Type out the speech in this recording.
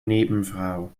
nebenfrau